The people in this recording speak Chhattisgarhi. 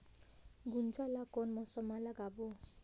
गुनजा ला कोन मौसम मा लगाबो?